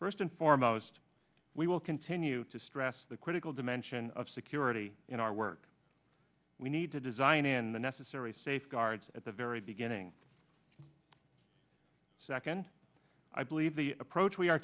first and foremost we will continue to stress the critical dimension of security in our work we need to design in the necessary safeguards at the very beginning second i believe the approach we are